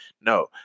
No